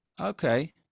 okay